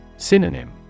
Synonym